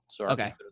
Okay